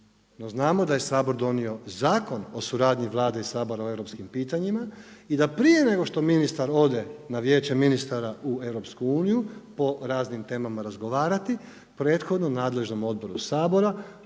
znamo da je Sabor donio Zakon o suradnji Vlade i Sabora o europskim pitanjima i da prije nego što ministar ode na Vijeće ministara u EU po raznim temama razgovarati prethodno nadležnom odboru Sabora